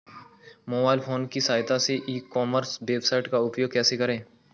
Mobile phone की सहायता से ई कॉमर्स वेबसाइट का उपयोग कैसे करें?